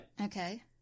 Okay